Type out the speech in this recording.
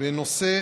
בנושא